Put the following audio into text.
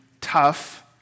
tough